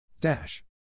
Dash